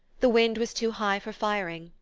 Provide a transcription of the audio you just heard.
the wind was too high for firing,